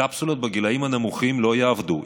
הקפסולות בגילים הנמוכים לא יעבדו.